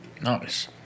Nice